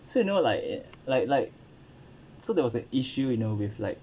so you know like like like so there was an issue you know with like